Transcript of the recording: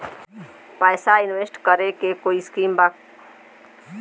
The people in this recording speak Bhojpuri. पैसा इंवेस्ट करे के कोई स्कीम बा?